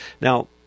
Now